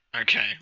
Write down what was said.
Okay